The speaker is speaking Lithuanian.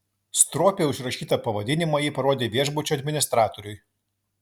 stropiai užrašytą pavadinimą ji parodė viešbučio administratoriui